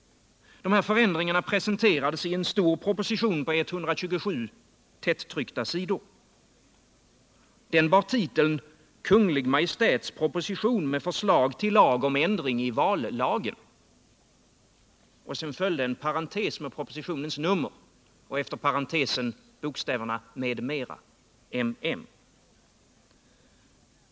Förändringarna presenterades i en stor proposition på 127 tättryckta sidor. Den bar titeln: ”Kungl. Maj:ts proposition med förslag till lag om ändring i vallagen , m.m. ---”.